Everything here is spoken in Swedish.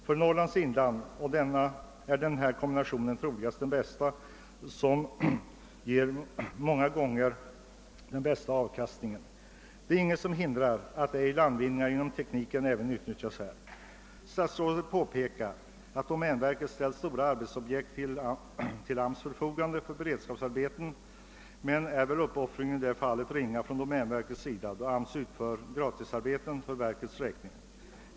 För Norrlands inland är denna kombination troligen den bästa och den som många gånger ger den största avkastningen. Det är inget som hindrar att inte landvinningarna inom tekniken utnyttjas även här. Statsrådet påpekar att domänverket ställt stora arbetsobjekt till AMS” förfogande för beredskapsarbeten, men uppoffringen i det fallet från domänverkets sida är väl ringa, då AMS utför gratisarbeten för verkets räkning.